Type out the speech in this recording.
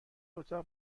اتاق